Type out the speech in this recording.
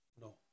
No